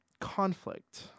conflict